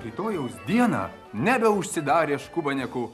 rytojaus dieną nebeužsidarė škubanėkų